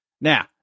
Now